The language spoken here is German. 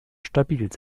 stabil